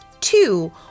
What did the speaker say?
two